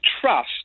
trust